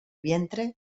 vientre